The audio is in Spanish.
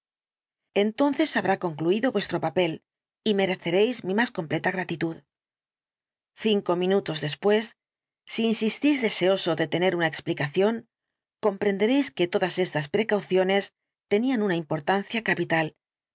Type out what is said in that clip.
entonces habrá concluído vuestro papel y mereceréis mi más completa gratitud cinco minutos después si insistís deseoso de tener una explicación comprenderéis que todas estas precauciones tenían una importancia capital